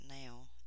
now